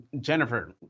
Jennifer